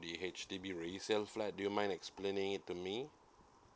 the H_D_B resale flat do you mind explaining it to me